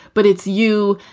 but it's you.